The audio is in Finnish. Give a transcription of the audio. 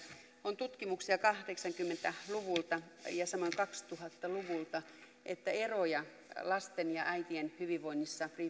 on tutkimuksia kahdeksankymmentä luvulta ja samoin kaksituhatta luvulta että eroja lasten ja äitien hyvinvoinnissa